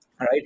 right